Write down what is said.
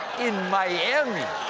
in miami!